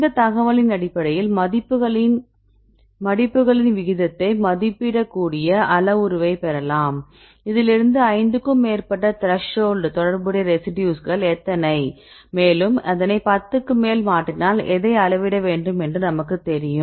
இந்த தகவலின் அடிப்படையில் மடிப்புகளின் விகிதத்தை மதிப்பிட கூடிய அளவுருவைப் பெறலாம் இதிலிருந்து 5 க்கும் மேற்பட்ட த்ரெஷோல்ட் தொடர்புடைய ரெசிடியூஸ்கள் எத்தனை மேலும் இதனை 10 க்கு மேல் மாற்றினால் எதை அளவிட வேண்டும் என்று நமக்கு தெரிவிக்கும்